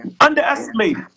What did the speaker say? Underestimate